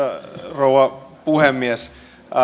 rouva puhemies